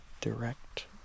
direct